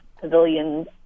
Pavilion